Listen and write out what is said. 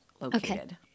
located